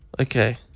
okay